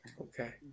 Okay